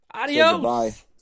adios